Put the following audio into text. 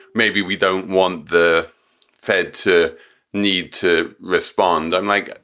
maybe we don't want the fed to need to respond. i'm like,